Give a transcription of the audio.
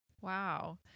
Wow